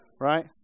right